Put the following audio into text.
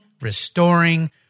restoring